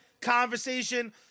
conversation